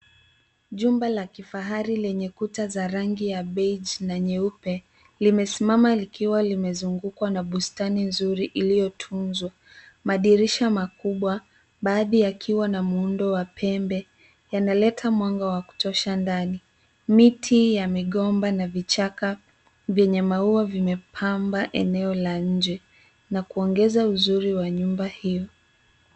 Jumba la kifahari lenye kuta za rangi ya beige na nyeupe limesimama likiwa limezungukwa na bustani nzuri iliyotunzwa. Madirisha makubwa baadhi yakiwa na muundo wa pembe yanaleta mwanga wa kutosha ndani. Miti ya migomba na vichaka vyenye maua vimepamba eneo la nje na kuongeza uzuri wa nyumba hiyo.